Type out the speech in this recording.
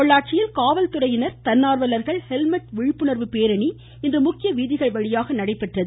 பொள்ளாச்சியில் காவல்துறையினர் தன்னார்வலர்கள் ஹெல்மெட் விழிப்புணர்வு பேரணி இன்று முக்கிய வீதிகள் வழியாக நடைபெற்றது